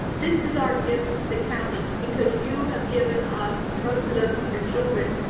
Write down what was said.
this is our gift to the county because you have given us and trusted us with your children.